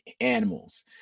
animals